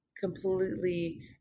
completely